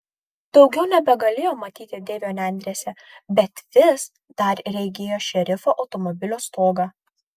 daugiau nebegalėjo matyti deivio nendrėse bet vis dar regėjo šerifo automobilio stogą